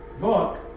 book